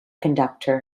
conductor